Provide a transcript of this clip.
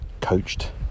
coached